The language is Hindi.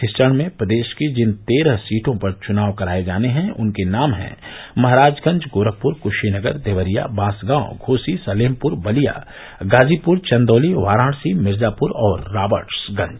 इस चरण में प्रदेश की जिन तेरह सीटों पर चुनाव कराये जाने हैं उनके नाम हैं महराजगंज गोरखपुर कूशीनगर देवरिया बांसगांव घोसी सलेमपुर बलिया गाजीपुर चन्दौली वाराणसी मिर्जापुर और राबर्ट्सगंज